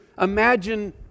imagine